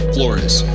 Flores